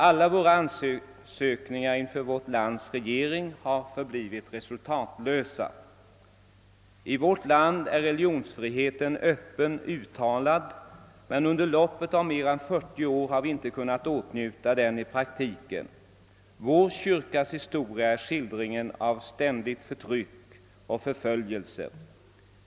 Alla våra ansökningar inför vårt lands regering har förblivit resultatlösa. I vårt land är religionsfriheten Öppet uttalad, men under loppet av mer än 40 år har vi inte kunnat åtnjuta den i praktiken. Vår kyrkas historia är skildringen av ständigt förtryck och förföljelser.